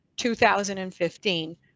2015